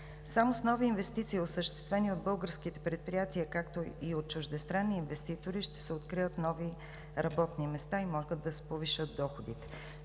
Само с нови инвестиции, осъществени от българските предприятия, както и от чуждестранни инвеститори, ще се открият нови работни места и могат да се повишат доходите.